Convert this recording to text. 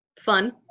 fun